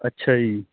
ਅੱਛਾ ਜੀ